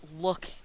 look